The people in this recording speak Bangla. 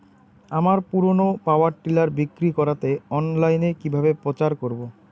আমার পুরনো পাওয়ার টিলার বিক্রি করাতে অনলাইনে কিভাবে প্রচার করব?